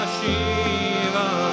Shiva